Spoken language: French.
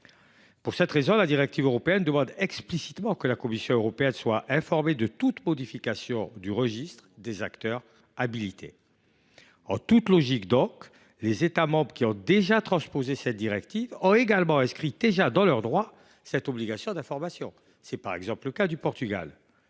Pour cette raison, la directive européenne demande explicitement que la Commission européenne soit informée de toute modification du registre des acteurs habilités. En toute logique, les États membres ayant déjà transposé cette directive ont également inscrit dans leur droit cette obligation d’information, à l’instar du Portugal.